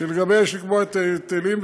שלגביה יש לקבוע את ההיטלים,